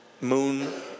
moon